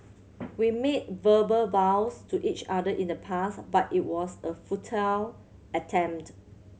we made verbal vows to each other in the past but it was a futile attempt